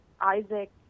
Isaac